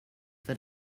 for